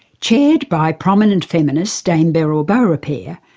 chaired by prominent feminist, dame beryl beaurepaire,